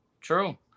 True